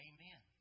Amen